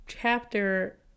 chapter